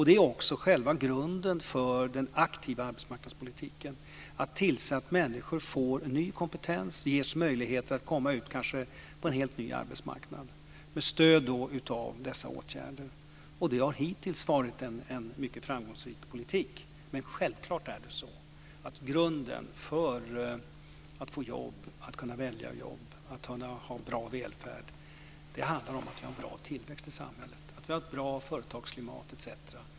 Det är också själva grunden för den aktiva arbetsmarknadspolitiken: att tillse att människor får ny kompetens och ges möjligheter att komma ut på en kanske helt ny arbetsmarknad med stöd av dessa åtgärder. Det har hittills varit en mycket framgångsrik politik. Men självklart är det så att grunden för att få jobb, att kunna välja jobb och att ha en bra välfärd handlar om att ha en bra tillväxt i samhället och ett bra företagsklimat.